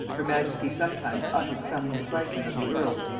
her majesty sometimes uttered some misliking of the earl,